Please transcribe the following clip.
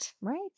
Right